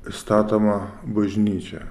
statoma bažnyčia